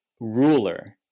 ruler